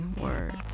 words